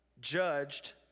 judged